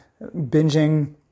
binging